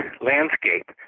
landscape